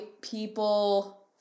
people